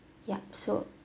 yup so